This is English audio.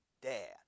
dad